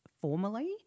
formally